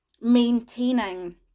Maintaining